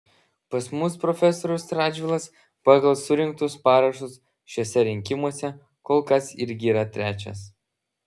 pas mus profesorius radžvilas pagal surinktus parašus šiuose rinkimuose kol kas irgi yra trečias